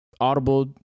audible